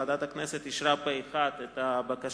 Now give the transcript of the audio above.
ועדת הכנסת אישרה פה אחד את הבקשה.